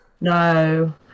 No